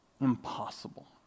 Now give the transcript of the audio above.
impossible